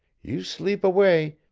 you sleep away,